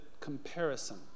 comparison